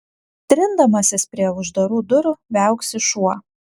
trindamasis prie uždarų durų viauksi šuo